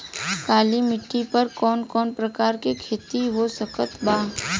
काली मिट्टी पर कौन कौन प्रकार के खेती हो सकत बा?